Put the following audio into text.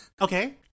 Okay